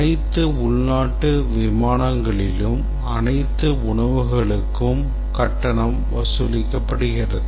அனைத்து உள்நாட்டு விமானங்களிலும் அனைத்து உணவுகளுக்கும் கட்டணம் வசூலிக்கப்படுகிறது